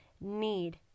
need